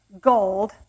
gold